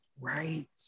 Right